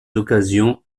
occasions